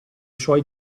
suoi